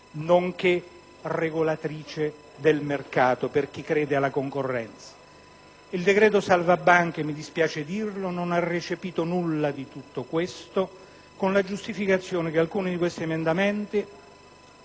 nonché regolatrice del mercato per chi crede alla concorrenza. Il decreto salva banche - mi dispiace dirlo - non ha recepito nulla di tutto questo, con la giustificazione che alcuni di questi emendamenti,